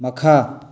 ꯃꯈꯥ